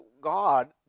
God